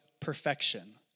perfection